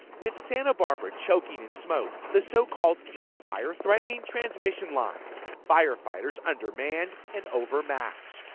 with santa barbara choking in smoke, the so-called cave fire threatening transmission lines firefighters undermanned and overmatched.